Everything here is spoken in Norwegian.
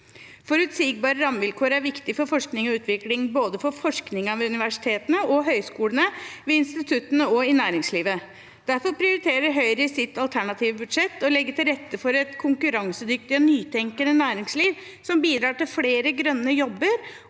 Forutsigbare rammevilkår er viktig for forskning og utvikling, både for forskningen ved universitetene og høyskolene, ved instituttene og i næringslivet. Derfor prioriterer Høyre i sitt alternative budsjett å legge til rette for et konkurransedyktig og nytenkende næringsliv som bidrar til flere grønne jobber,